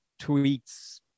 tweets